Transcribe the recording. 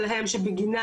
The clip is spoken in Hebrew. כי הטעו אותם,